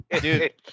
Dude